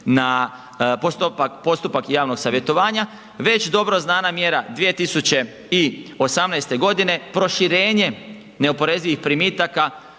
na postupak javnog savjetovanja, već dobro znana mjera 2018. g., proširenje neoporezivih primitaka